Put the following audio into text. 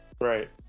right